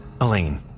Elaine